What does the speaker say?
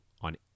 on